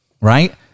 right